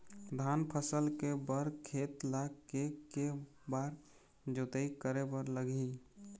धान फसल के बर खेत ला के के बार जोताई करे बर लगही?